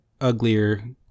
uglier